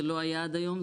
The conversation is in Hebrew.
זה לא היה עד היום,